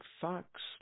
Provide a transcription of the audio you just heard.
fox